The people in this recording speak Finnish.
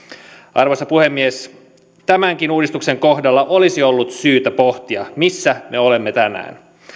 arvoisa puhemies tämänkin uudistuksen kohdalla olisi ollut syytä pohtia missä me olemme tänään